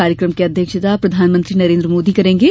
कार्यक्रम की अध्यक्षता प्रधानमंत्री नरेंद्र मोदी करेंगे